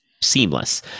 seamless